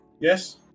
Yes